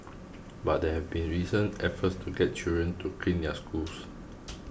but there have been recent efforts to get children to clean their schools